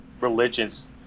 religions